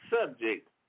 subject